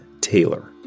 Taylor